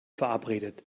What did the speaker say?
verabredet